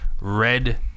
Red